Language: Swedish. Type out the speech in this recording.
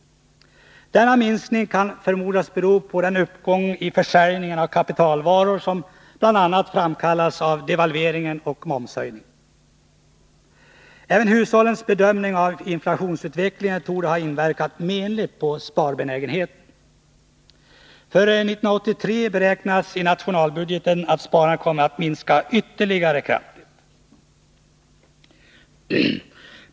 Denna minskning kan förmodas bero på den uppgång i försäljningen av kapitalvaror som framkallats bl.a. av devalveringen och momshöjningen. Även hushållens bedömning av inflationsutvecklingen torde ha inverkat menligt på sparbenägenheten. För 1983 beräknas i nationalbudgeten att sparandet kommer att fortsätta att minska kraftigt.